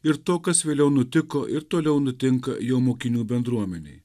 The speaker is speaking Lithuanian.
ir to kas vėliau nutiko ir toliau nutinka jo mokinių bendruomenei